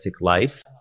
life